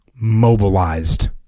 mobilized